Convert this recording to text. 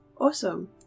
Awesome